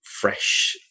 fresh